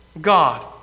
God